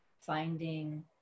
finding